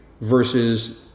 versus